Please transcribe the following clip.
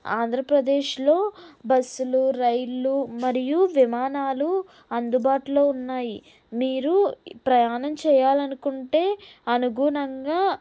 ఆంధ్రప్రదేశ్లో బస్సులు రైళ్లు మరియు విమానాలు అందుబాటులో ఉన్నాయి మీరు ప్రయాణం చేయాలనుకుంటే అనుగుణంగా